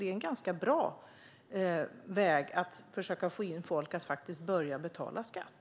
Det är en bra väg att få in folk att börja betala skatt.